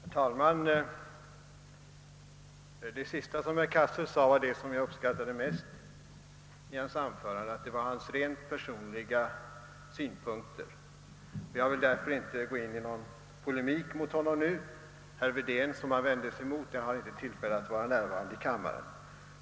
Herr talman! Det sista som herr Cassel sade var det som jag uppskattade i hans anförande, nämligen att det var hans rent personliga synpunkter. Jag vill därför inte gå in i någon polemik mot honom nu. Herr Wedén, som han vände sig mot, har inte tillfälle att vara närvarande i kammaren.